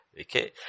Okay